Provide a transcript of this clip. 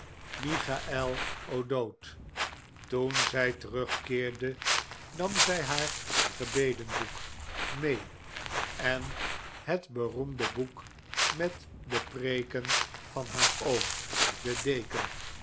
michael o'dowd toen zij terugkeerde nam zij haar gebedenboek mee en het beroemde boek met de preeken van haar oom den deken